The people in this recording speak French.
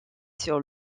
sur